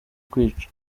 kwica